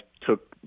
took